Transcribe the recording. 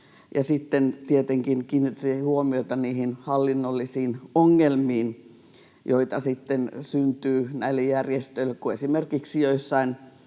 Ja sitten tietenkin kiinnitettiin huomiota niihin hallinnollisiin ongelmiin, joita syntyy näille järjestöille: kun esimerkiksi joissain